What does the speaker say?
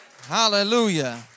Hallelujah